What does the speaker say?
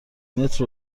متر